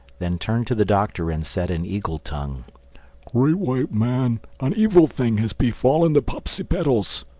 then turned to the doctor and said in eagle tongue, great white man, an evil thing has befallen the popsipetels.